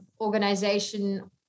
organization